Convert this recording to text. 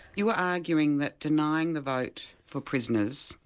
you were arguing that denying the vote for prisoners,